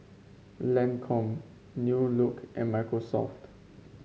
Lancome New Look and Microsoft